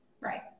right